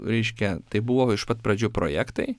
reiškia tai buvo iš pat pradžių projektai